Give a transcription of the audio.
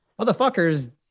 motherfuckers